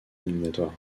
éliminatoires